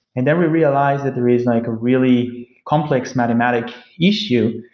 and then we realize that there is and like really complex mathematic issue,